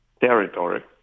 territory